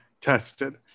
tested